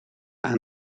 aan